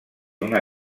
una